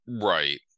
Right